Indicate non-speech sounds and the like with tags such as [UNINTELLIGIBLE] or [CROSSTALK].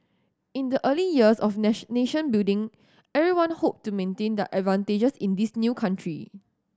in the early years of [UNINTELLIGIBLE] nation building everyone hoped to maintain the advantages in this new country